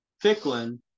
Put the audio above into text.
Ficklin